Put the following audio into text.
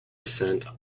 descent